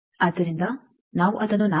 ಆದ್ದರಿಂದ ನಾವು ಅದನ್ನು 4